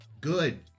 Good